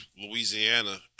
Louisiana